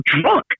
drunk